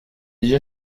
déjà